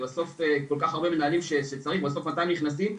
ובסוף הרבה מנהלים בסוף מתי הם נכנסים,